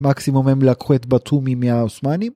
מקסימום הם לקחו את בתומי מהעותמנים